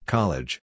College